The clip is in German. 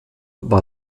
war